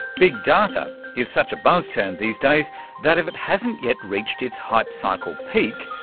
big data is such a buzz-term these days that if it hasn't yet reached its hype-cycle peak,